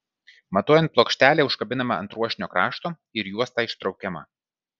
matuojant plokštelė užkabinama už ruošinio krašto ir juosta ištraukiama